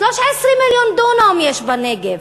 13 מיליון דונם יש בנגב,